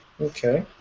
Okay